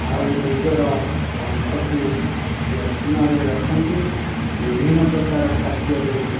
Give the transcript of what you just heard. ଆଉ ନିଜର କଣ୍ଠ କୁ ଯତ୍ନରେ ରଖନ୍ତି ବିଭିନ୍ନ ପ୍ରକାର ଖାଦ୍ୟରେ